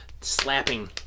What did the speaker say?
slapping